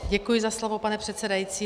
Děkuji za slovo, pane předsedající.